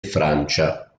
francia